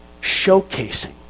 showcasing